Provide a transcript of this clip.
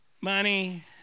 money